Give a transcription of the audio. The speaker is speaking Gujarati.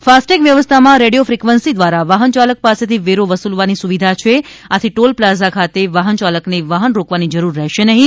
ફાસ્ટેગ વ્યવસ્થામાં રેડિયો ફીકવન્સી દ્વારા વાહન ચાલક પાસેથી વેરો વસૂલવાની સુવિધા છે આથી ટોલ પ્લાઝા ખાતે વાહન ચાલકને વાહન રોકવાની જરૂર રહેશે નહિ